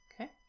Okay